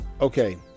Okay